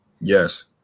Yes